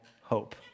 hope